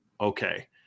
Okay